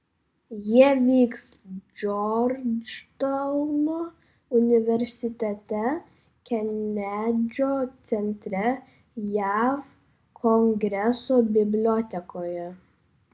jie vyks džordžtauno universitete kenedžio centre jav kongreso bibliotekoje